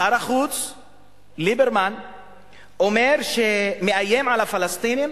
שר החוץ ליברמן מאיים על הפלסטינים